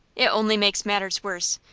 it only makes matters worse.